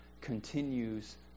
continues